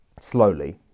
slowly